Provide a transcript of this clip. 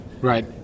Right